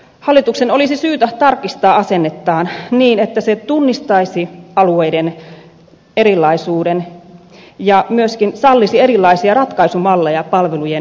hallituksen olisi syytä tarkistaa asennettaan niin että se tunnistaisi alueiden erilaisuuden ja myöskin sallisi erilaisia ratkaisumalleja palvelujen järjestämiseksi